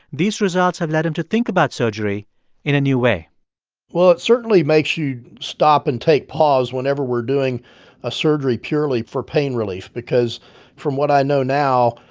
these results have led him to think about surgery in a new way well, it certainly makes you stop and take pause whenever we're doing a surgery purely for pain relief because from what i know now,